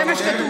זה מה שכתוב.